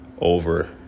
over